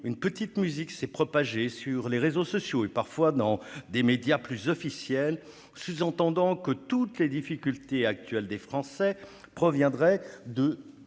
une petite musique s'est propagée sur les réseaux sociaux, et parfois dans des médias plus officiels, sous-entendant que toutes les difficultés actuelles des Français proviendraient du